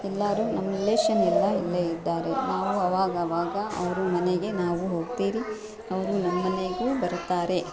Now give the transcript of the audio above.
ಎಲ್ಲರೂ ನಮ್ಮ ರಿಲೇಶನ್ ಎಲ್ಲ ಇಲ್ಲೇ ಇದ್ದಾರೆ ನಾವು ಅವಾಗ ಅವಾಗ ಅವರು ಮನೆಗೆ ನಾವು ಹೋಗ್ತೀವಿ ಅವರು ನಮ್ಮ ಮನೆಗೂ ಬರ್ತಾರೆ